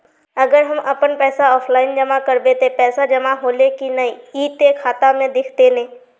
अगर हम अपन पैसा ऑफलाइन जमा करबे ते पैसा जमा होले की नय इ ते खाता में दिखते ने?